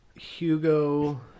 Hugo